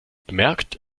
bemerkt